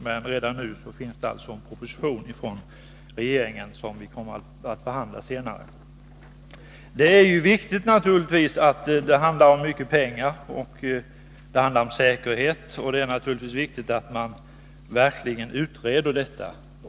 Men redan nu finns från den socialdemokratiska regeringen en proposition, som riksdagen kommer att behandla senare. Det är naturligtvis riktigt att det handlar om mycket pengar och om säkerhet, och det är självfallet viktigt att man utreder detta.